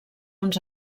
uns